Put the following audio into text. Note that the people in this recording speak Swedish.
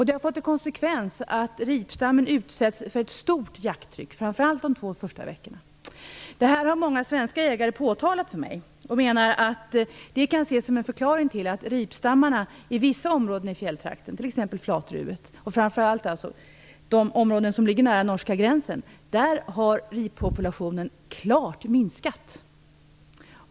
Detta får till konsekvens att ripstammen utsätts för ett stort jakttryck, framför allt de två första veckorna. Det här har många svenska jägare påtalat för mig. De menar att det kan ses som en förklaring till att ripstammarna i vissa områden i fjälltrakten, t.ex. Flatruet, och framför allt de områden som ligger nära norska gränsen, har klart minskat.